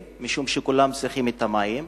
משום שכולם צריכים את המים,